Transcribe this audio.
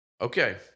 Okay